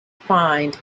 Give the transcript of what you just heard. find